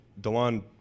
DeLon –